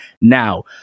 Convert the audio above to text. now